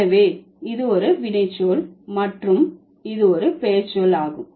எனவே இது ஒரு வினைச்சொல் மற்றும் இது ஒரு பெயர்ச்சொல் ஆகும்